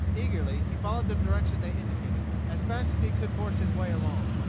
eagerly he followed the direction they indicated, as fast as he could force his way along.